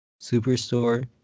Superstore